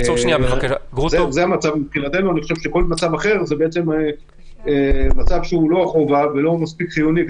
זה המצב מבחינתנו ואני חושב שכל מצב אחר הוא לא חובה ולא מספיק חיוני,